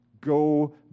go